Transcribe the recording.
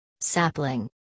sapling